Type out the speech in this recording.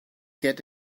get